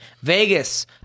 Vegas